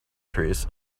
trees